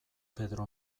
pedro